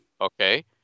Okay